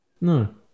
No